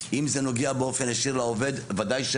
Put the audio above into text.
אם זה נוגע באופן ישיר לעובד, ודאי שלא.